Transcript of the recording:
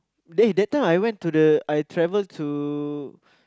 they that time I went to the I travel to